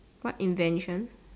what invention